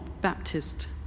Baptist